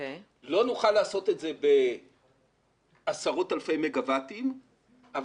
לא נוכל לעשות את זה בעשרות אלפי מגה-ואטים אבל